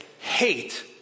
Hate